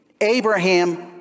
Abraham